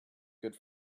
good